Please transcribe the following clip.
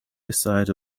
beside